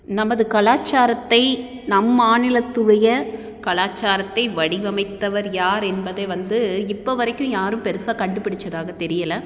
நமது கலாச்சாரத்தை நம் மாநிலத்துடைய கலாச்சாரத்தை வடிவமைத்தவர் யார் என்பதே வந்து இப்போ வரைக்கும் யாரும் பெருசாக கண்டுப்பிடிச்சதாக தெரியலை